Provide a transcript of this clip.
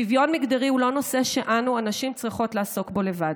שוויון מגדרי הוא לא נושא שאנו הנשים צריכות לעסוק בו לבד.